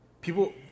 People